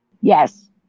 Yes